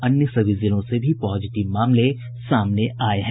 अन्य सभी जिलों से भी पॉजिटिव मामले सामने आये हैं